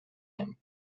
him